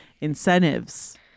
incentives